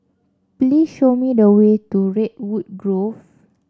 please show me the way to Redwood Grove